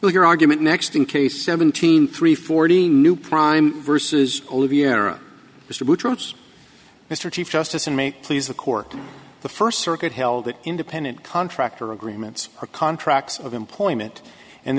well your argument next in case seventeen three forty new prime versus old vienna mr bush wants mr chief justice and make please the court the first circuit held that independent contractor agreements or contracts of employment and